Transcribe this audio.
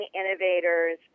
innovators